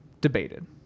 debated